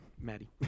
maddie